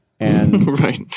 Right